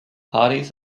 parties